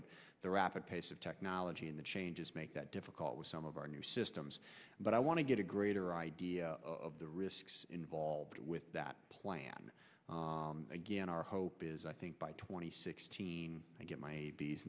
but the rapid pace of technology and the changes make that difficult with some of our new systems but i want to get a greater idea of the risks involved with that plan again our hope is i think by twenty sixteen i get my